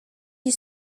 die